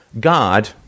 God